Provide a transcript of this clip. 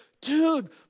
dude